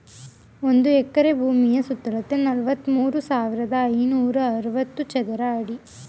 ಒಂದು ಎಕರೆ ಭೂಮಿಯ ಅಳತೆ ನಲವತ್ಮೂರು ಸಾವಿರದ ಐನೂರ ಅರವತ್ತು ಚದರ ಅಡಿ